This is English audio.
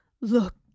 Look